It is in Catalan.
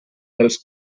dels